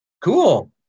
cool